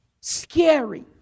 scary